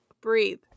breathe